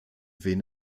wen